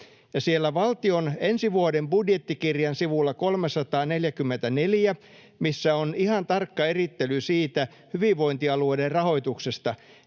valtion ensi vuoden budjettikirjan sivulla 344, missä on ihan tarkka erittely siitä hyvinvointialueiden rahoituksesta,